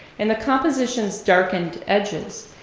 in the composition's darkened edges,